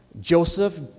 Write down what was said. Joseph